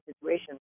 situation